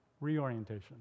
Reorientation